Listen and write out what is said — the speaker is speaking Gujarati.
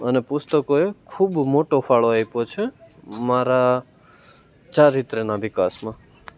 અને પુસ્તકોએ ખૂબ મોટો ફાળો આપ્યો છે મારા ચારિત્રના વિકાસમાં